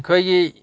ꯑꯩꯈꯣꯏꯒꯤ